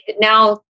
now